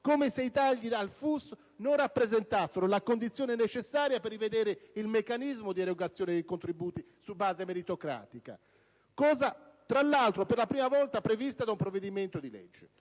come se i tagli al FUS non rappresentassero la condizione necessaria per rivedere il meccanismo di erogazione dei contributi su base meritocratica, che per la prima volta si è voluto prevedere in un provvedimento di legge.